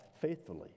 faithfully